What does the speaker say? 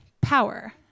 power